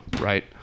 Right